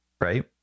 right